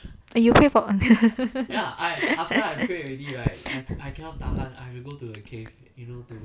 uh you pray for